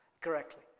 correctly